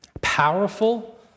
powerful